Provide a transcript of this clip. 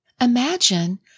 Imagine